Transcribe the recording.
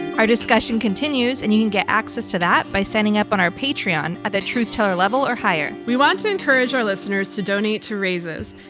our discussion continues, and you can get access to that by signing up on our patreon at the truth-teller level or higher. we want to encourage our listeners to donate to raices,